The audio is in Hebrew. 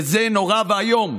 וזה נורא ואיום.